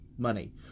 money